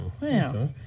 wow